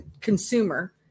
consumer